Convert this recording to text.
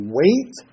wait